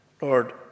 Lord